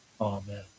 Amen